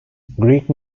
greek